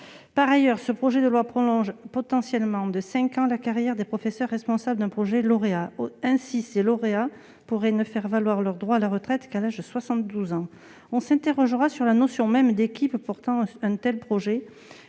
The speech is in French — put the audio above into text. Par ailleurs, le présent projet de loi prolonge potentiellement de cinq ans la carrière des professeurs responsables d'un projet lauréat. Ceux-ci pourraient ne faire valoir leurs droits à la retraite qu'à l'âge de 72 ans. On s'interrogera sur la notion même d'équipe portant un tel projet